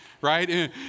right